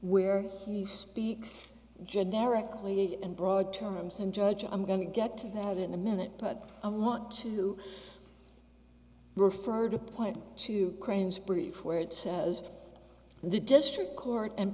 where he speaks generically and broad terms and judge i'm going to get to that in a minute but i want to refer to point two cranes brief words says the district court and